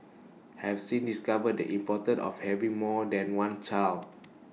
have since discovered the importance of having more than one child